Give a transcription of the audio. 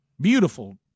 Beautiful